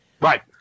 Right